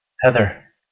Heather